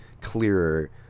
clearer